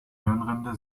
hirnrinde